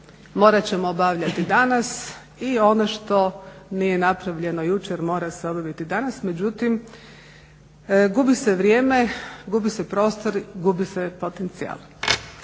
morat ćemo obavljati danas i ono što nije napravljeno jučer mora se obaviti danas, međutim gubi se vrijeme, gubi se prostor i gubi se potencijal.